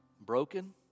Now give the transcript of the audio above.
broken